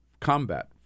combat